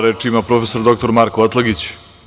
Reč ima prof. dr Marko Atlagić.